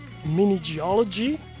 minigeology